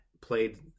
played